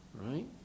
right